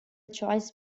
choice